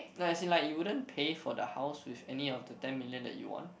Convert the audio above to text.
no as in like you wouldn't pay for the house with any of the ten million that you won